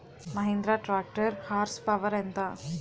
Mahindra tractor horse power ఎంత?